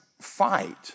fight